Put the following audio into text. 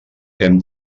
hem